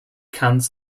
cans